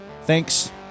Thanks